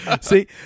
see